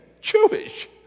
Jewish